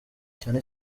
cyane